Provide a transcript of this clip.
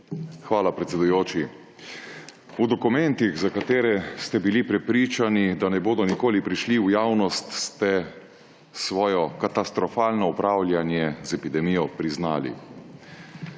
Hvala, predsedujoči. V dokumentih, za katere ste bili prepričani, da ne bodo nikoli prišli v javnost, ste svoje katastrofalno upravljanje z epidemijo priznali.